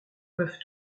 peuvent